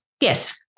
Yes